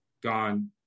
gone